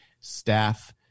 staff